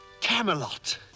Camelot